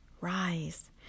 Rise